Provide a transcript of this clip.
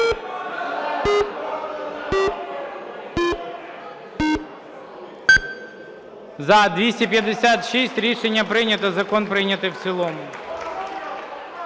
За-256 Рішення прийнято. Закон прийнятий в цілому.